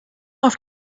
auf